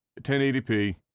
1080p